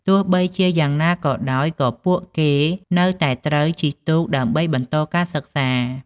ទោះបីជាយ៉ាងណាក៏ដោយ ក៏ពួកគេនៅតែត្រូវជិះទូកដើម្បីបន្តការសិក្សា។